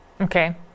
Okay